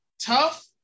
tough